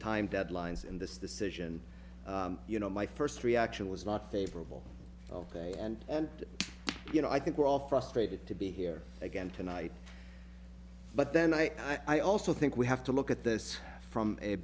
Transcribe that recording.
time deadlines in this decision you know my first reaction was not favorable ok and and you know i think we're all frustrated to be here again tonight but then i i also think we have to look at this from a